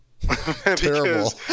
terrible